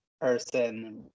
person